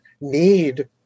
need